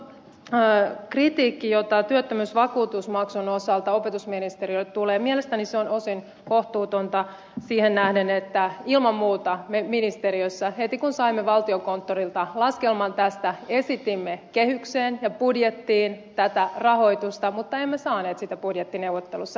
tuo kritiikki jota työttömyysvakuutusmaksun osalta opetusministeriölle tulee on mielestäni osin kohtuutonta siihen nähden että ilman muuta me ministeriössä heti kun saimme valtiokonttorilta laskelman tästä esitimme kehykseen ja budjettiin tätä rahoitusta mutta emme saaneet sitä budjettineuvotteluissa